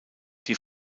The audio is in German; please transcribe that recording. die